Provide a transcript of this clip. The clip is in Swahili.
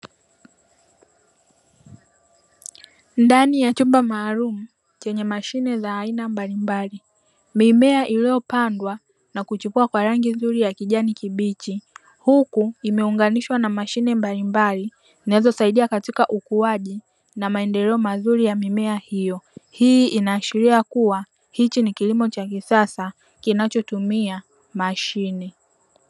Ndani ya chumba maalumu chenye mashine za aina mbali mbali, mimea iliyopandwa na kuchipua kwa rangi nzuri ya kijani kibichi, huku imeunganishwa na mashine mbali mbali, zinazosaidia katika ukuaji na maendeleo mazuri ya mimea hiyo. Hii inaashiria kuwa hichi ni kilimo cha kisasa kinachotumia mashine.